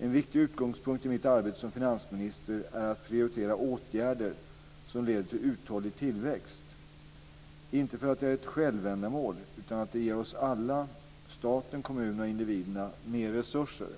En viktig utgångspunkt i mitt arbete som finansminister är att prioritera åtgärder som leder till uthållig tillväxt, inte därför att det är ett självändamål utan därför att det ger oss alla, staten, kommunerna och individerna, mer resurser.